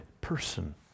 person